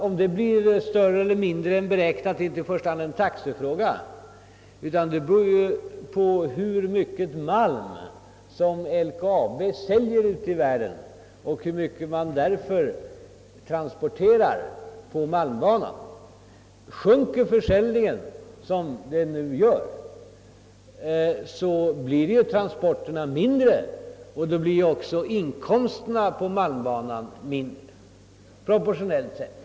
Om de blir större eller mindre än beräknat är inte i första hand en taxefråga utan beror främst på hur mycket malm LKAB säljer ute i världen och hur mycket man därför transporterar på malmbanan. Sjunker försäljningen — som den nu gör — blir ju transporterna mindre omfattande och därmed inkomsterna på malmbanan proportionellt mindre.